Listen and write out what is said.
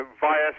Via